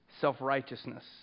self-righteousness